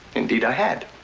indeed i had.